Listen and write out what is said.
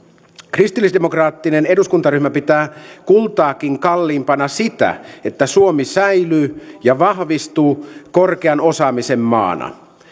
kristillisdemokraattinen eduskuntaryhmä pitää kultaakin kalliimpana sitä että suomi säilyy ja vahvistuu korkean osaamisen maana